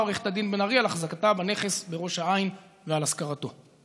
עו"ד בן-ארי על החזקתה בנכס בראש העין ועל השכרתו?